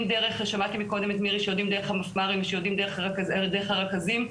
המפמ"רים ושיודעים דרך הרכזים.